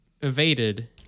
evaded